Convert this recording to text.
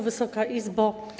Wysoka Izbo!